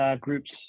Groups